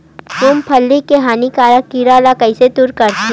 मूंगफली के हानिकारक कीट ला कइसे दूर करथे?